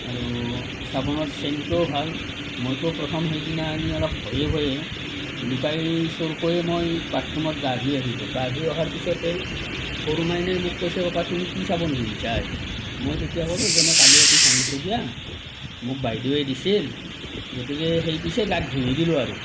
আৰু চাবোনৰ চেণ্টটোও ভাল মইটো প্ৰথম সেইদিনা আনি অলপ ভয়ে ভয়ে লুকাই চুৰকৈয়ে মই বাথৰুমত গা ধুই আহিলোঁ গা ধুই অহাৰ পিছতেই সৰু মাইনাই মোক কৈছে পাপা তুমি কি চাবোন ঘঁহিছা আজি মই তেতিয়া ক'লো যে মই কালি এপিচ আনিছোঁ দিয়া মোক বাইদেউৱে দিছিল গতিকে সেইপিচে গাত ঘঁহি দিলোঁ আৰু